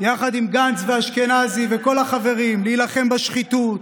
יחד עם גנץ ואשכנזי וכל החברים, להילחם בשחיתות,